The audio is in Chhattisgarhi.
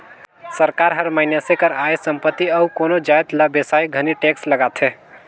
सरकार हर मइनसे कर आय, संपत्ति अउ कोनो जाएत ल बेसाए घनी टेक्स लगाथे